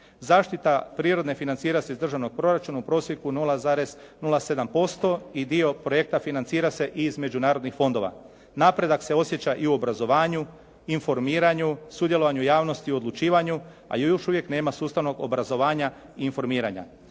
Zaštite prirode financira se iz državnog proračuna u prosjeku 0,07% i dio projekta financira se i iz međunarodnih fondova. Napredak se osjeća i u obrazovanju, informiranju, sudjelovanju javnosti u odlučivanju, ali još uvijek nema sustavnog obrazovanja i informiranja.